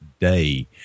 day